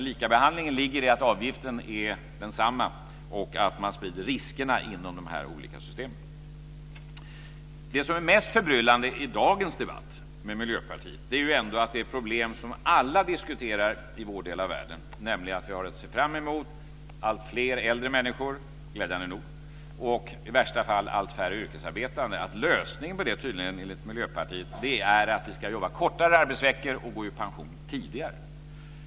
Likabehandlingen ligger i att avgiften är densamma och att man sprider riskerna inom de olika systemen. Det som är mest förbryllande i dagens debatt med Miljöpartiet är ändå deras lösning på det problem som alla i vår del av världen diskuterar, nämligen att vi glädjande nog har att se fram emot alltfler äldre människor och i värsta fall allt färre yrkesarbetande. Miljöpartiets lösning är tydligen att vi ska jobba kortare arbetsveckor och gå i pension tidigare.